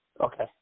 Okay